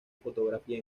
fotografía